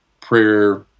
prayer